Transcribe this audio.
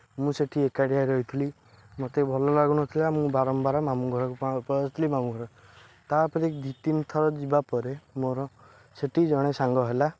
ମୁଁ ସେଇଠି ଏକାଠିଆ ରହିଥିଲି ମୋତେ ଭଲ ଲାଗୁନଥିଲା ମୁଁ ବାରମ୍ବାର ମାମୁଁ ଘରକୁ ପଳାଉଥିଲି ମାମୁଁଘର ତା'ପରେ ଦୁଇ ତିନ ଥର ଯିବା ପରେ ମୋର ସେଇଠି ଜଣେ ସାଙ୍ଗ ହେଲା